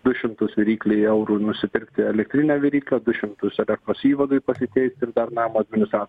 du šimtus viryklei eurų nusipirkti elektrinę viryklę du šimtus elektros įvadui pasikeisti ir dar namas plius a